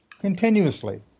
continuously